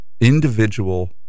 individual